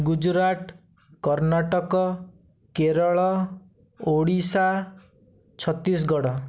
Gujarat Karnataka Kerala Odisha Chhattisgarh